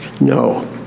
No